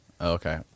Okay